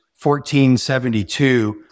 1472